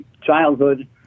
childhood